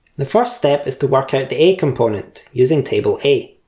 the first step is to work out the a component, using table a.